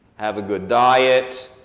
have a good diet.